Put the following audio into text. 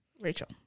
Rachel